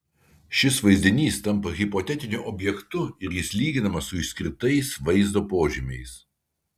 šis vaizdinys tampa hipotetiniu objektu ir jis lyginamas su išskirtais vaizdo požymiais